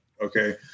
Okay